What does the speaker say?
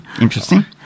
Interesting